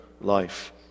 life